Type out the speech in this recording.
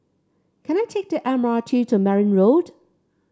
can I take the M R T to Merryn Road